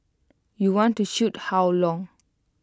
you want to shoot how long